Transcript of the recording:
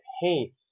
hey